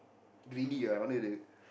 greedy ah only the